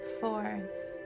fourth